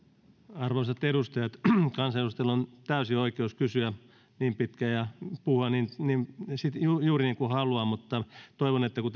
arvoisat edustajat kansanedustajilla on täysi oikeus kysyä niin pitkään ja puhua juuri niin kuin haluavat mutta toivon kun